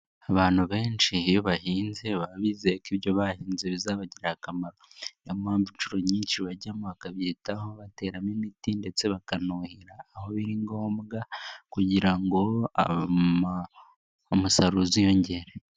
Abantu benshi iyo bahinze baba bizeye ko ibyo bahinze bizabagirira akamaro, niyo mpamvu inshuro nyinshi bajyamo bakabyitaho bateramo imiti ndetse bakanuhira, aho biri ngombwa kugira ngo umusaruro uziyongere.